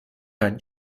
ein